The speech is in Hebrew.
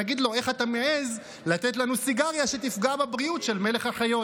נגיד לו: איך אתה מעז לתת לנו סיגריה שתפגע בבריאות של מלך החיות?